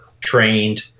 trained